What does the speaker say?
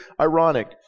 ironic